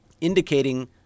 indicating